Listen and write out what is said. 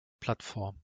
plattform